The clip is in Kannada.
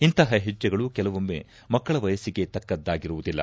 ಇಂತಹ ಹೆಜ್ಜೆಗಳು ಕೆಲವೊಮ್ನೆ ಮಕ್ಕಳ ವಯಸ್ಸಿಗೆ ತಕ್ಕದ್ದಾಗಿರುವುದಿಲ್ಲ